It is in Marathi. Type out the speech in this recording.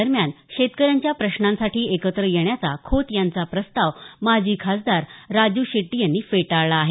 दरम्यान शेतकऱ्यांच्या प्रश्नांसाठी एकत्र येण्याचा खोत यांचा प्रस्ताव माजी खासदार राजू शेट्टी यांनी फेटाळला आहे